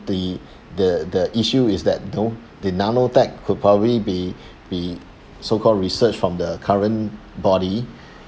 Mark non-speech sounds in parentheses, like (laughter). the the the issue is that you know the nanotech could probably be (breath) be so-called researched from the current body (breath)